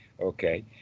okay